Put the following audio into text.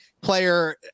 player